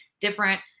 different